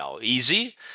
easy